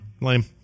lame